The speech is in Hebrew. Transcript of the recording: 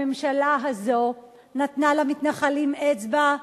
הממשלה הזאת נתנה למתנחלים אצבע,